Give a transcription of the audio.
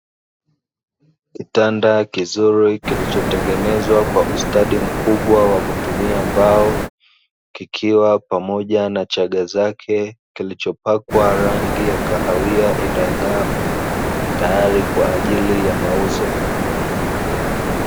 Kitanda kizuri kilichotengenezwa kwa ustadi mkubwa wa kutumia mbao, kikiwa pamoja na chaga zake, kilichopakwa rangi ya kahawia inayong'aa tayari kwa ajili ya mauzo.